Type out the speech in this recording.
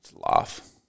Laugh